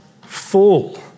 full